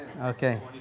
Okay